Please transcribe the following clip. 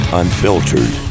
unfiltered